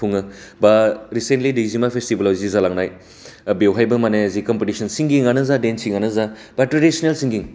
खुङो बा रिसेन्टलि दैजिं मा फेस्टिभेलाव जि जालांमनाय बेवहायबो माने जि कम्पिटिशन सिगिङानो जा डेनसिङानो जा बा ट्रेडिशिनेल सिंगिं